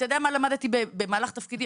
אתה יודע מה למדתי במהלך תפקידי,